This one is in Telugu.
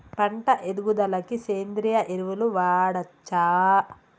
పంట ఎదుగుదలకి సేంద్రీయ ఎరువులు వాడచ్చా?